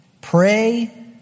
pray